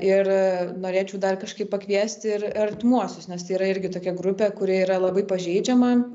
ir norėčiau dar kažkaip pakviesti ir artimuosius nes tai yra irgi tokia grupė kuri yra labai pažeidžiama